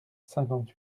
cinquante